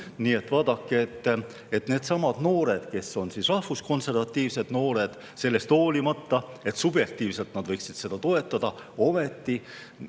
Nii et vaadake, needsamad noored, kes on rahvuskonservatiivsed noored, sellest hoolimata, et subjektiivselt nad võiksid seda toetada, ometi